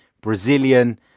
Brazilian